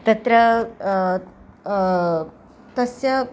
तत्र तस्य